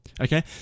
okay